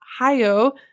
Ohio